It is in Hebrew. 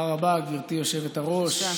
תודה רבה, גברתי היושבת-ראש.